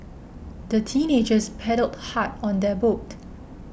the teenagers paddled hard on their boat